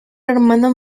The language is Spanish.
hermano